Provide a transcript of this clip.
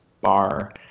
bar